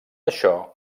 això